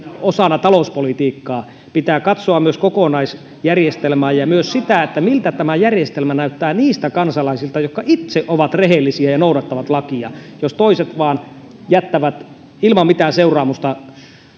osana talouspolitiikkaa pitää katsoa myös kokonaisjärjestelmää ja myös sitä miltä tämä järjestelmä näyttää niistä kansalaisista jotka itse ovat rehellisiä ja noudattavat lakia jos toiset vain jättävät ilman mitään seuraamusta